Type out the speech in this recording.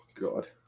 God